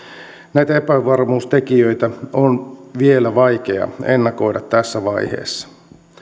näitä epävarmuustekijöitä on vielä vaikea ennakoida tässä vaiheessa